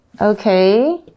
Okay